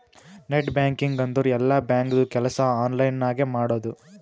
net banking ಅಂದುರ್ ಎಲ್ಲಾ ಬ್ಯಾಂಕ್ದು ಕೆಲ್ಸಾ ಆನ್ಲೈನ್ ನಾಗೆ ಮಾಡದು